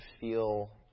feel